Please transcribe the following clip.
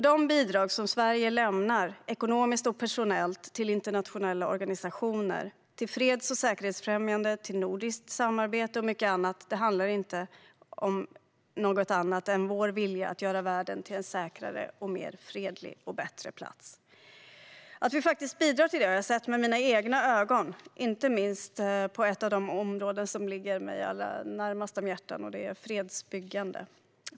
De bidrag Sverige lämnar, ekonomiskt och personellt, till internationella organisationer, till freds och säkerhetsfrämjande, till nordiskt samarbete och mycket annat handlar inte om något annat än vår vilja att göra världen till en säkrare, mer fredlig och bättre plats. Att vi faktiskt bidrar till det har jag sett med mina egna ögon, inte minst på ett av de områden som ligger mig allra närmast om hjärtat: fredsbyggande.